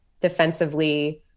defensively